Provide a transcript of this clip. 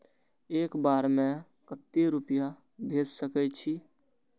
एक बार में केते रूपया भेज सके छी?